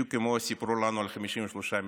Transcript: בדיוק כמו שסיפרו לנו על 53 מיליארד